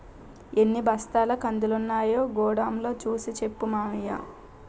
ఎన్ని బస్తాల కందులున్నాయో గొడౌన్ లో సూసి సెప్పు మావయ్యకి